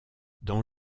dans